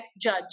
judge